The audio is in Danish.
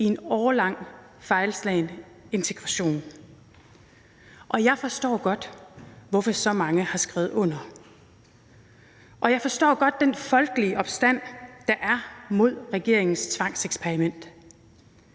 i en årelang fejlslagen integration. Jeg forstår godt, hvorfor så mange har skrevet under, og jeg forstår godt den folkelige modstand, der er mod regeringens tvangseksperiment.